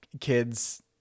kids